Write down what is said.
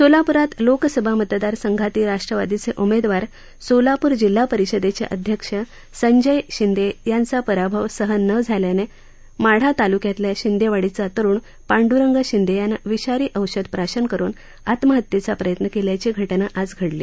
सोलापूरात लोकसभा मतदारसंघातील राष्ट्रवादीचे उमेदवार सोलापूर जिल्हा परिषदेचे अध्यक्ष संजय शिंदे यांचा पराभव सहन न झाल्यानं माढा तालुक्यातल्या शिंदेवाडीचा तरूण पांड्रंग शिंदे यानं विषारी औषध प्राशन करून आत्महत्येचा प्रयत्न केल्याची घटना आज घडली